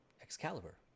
Excalibur